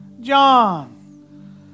John